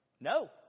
no